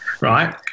Right